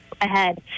ahead